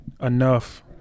enough